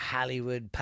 Hollywood